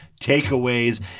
takeaways